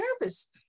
nervous